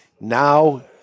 Now